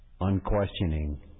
unquestioning